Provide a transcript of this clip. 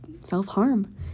self-harm